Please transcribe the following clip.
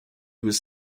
was